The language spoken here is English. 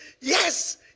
yes